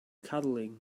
cuddling